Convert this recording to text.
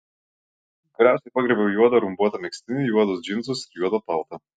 galiausiai pagriebiau juodą rumbuotą megztinį juodus džinsus ir juodą paltą